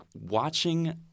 watching